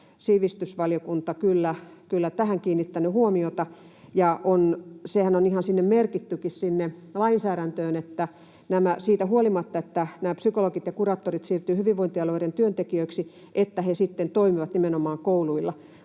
lausunnossa kyllä tähän kiinnitetty huomiota, ja sehän on ihan merkittykin sinne lainsäädäntöön, että siitä huolimatta, että nämä psykologit ja kuraattorit siirtyvät hyvinvointialueiden työntekijöiksi, he sitten toimivat nimenomaan kouluilla,